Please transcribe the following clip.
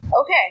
okay